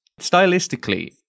Stylistically